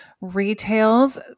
Retails